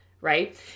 right